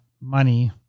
money